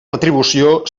retribució